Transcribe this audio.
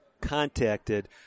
contacted